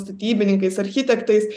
statybininkais architektais